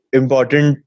important